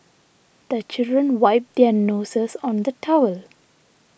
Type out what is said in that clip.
the children wipe their noses on the towel